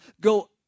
go